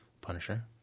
Punisher